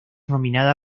nominada